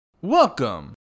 Welcome